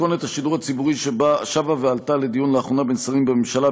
מתכונת השידור הציבורי שבה ועלתה לדיון לאחרונה בין שרים בממשלה,